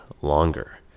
longer